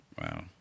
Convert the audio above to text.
Wow